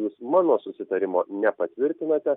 jūs mano susitarimo nepatvirtinate